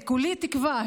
וכולי תקווה,